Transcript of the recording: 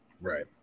Right